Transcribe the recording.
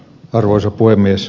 arvoisa puhemies